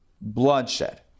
bloodshed